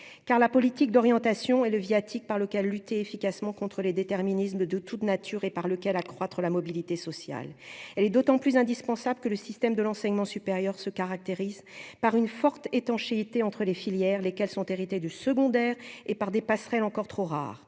car la politique d'orientation et le viatique par lequel lutter efficacement contre les déterminismes de toute nature et par lequel accroître la mobilité sociale, elle est d'autant plus indispensable que le système de l'enseignement supérieur, se caractérise par une forte étanchéité entre les filières, lesquelles sont héritées de secondaire et par des passerelles, encore trop rares,